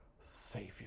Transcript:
Savior